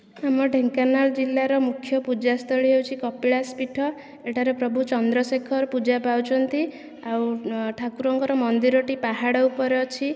ଆମ ଢେଙ୍କାନାଳ ଜିଲ୍ଲାର ମୁଖ୍ୟ ପୂଜାସ୍ଥଳୀ ହେଉଛି କପିଳାସ ପୀଠ ଏଠାରେ ପ୍ରଭୁ ଚନ୍ଦ୍ରଶେଖର ପୂଜା ପାଉଛନ୍ତି ଆଉ ଠାକୁରଙ୍କର ମନ୍ଦିରଟି ପାହାଡ଼ ଉପରେ ଅଛି